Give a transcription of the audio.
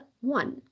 one